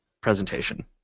presentation